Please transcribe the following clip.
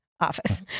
office